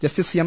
justice M